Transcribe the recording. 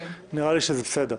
נראה לי שזה בסדר.